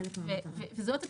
וזאת התכלית.